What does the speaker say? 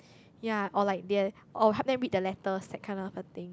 ya or like they're or help them read the letters that kind of a thing